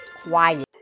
quiet